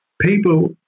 People